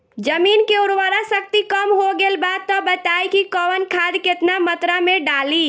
जमीन के उर्वारा शक्ति कम हो गेल बा तऽ बताईं कि कवन खाद केतना मत्रा में डालि?